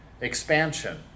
expansion